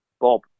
Bob